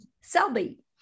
Selby